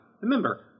Remember